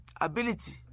ability